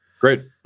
Great